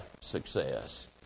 success